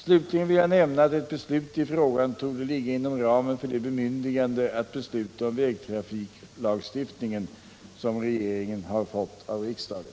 Slutligen vill jag nämna att ett beslut i frågan torde ligga inom ramen för det bemyndigande att besluta om vägtrafiklagstiftningen som regeringen har fått av riksdagen.